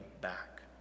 back